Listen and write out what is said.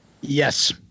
Yes